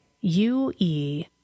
U-E